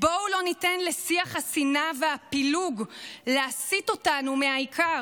בואו לא ניתן לשיח השנאה והפילוג להסיט אותנו מהעיקר.